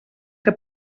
que